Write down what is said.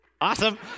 awesome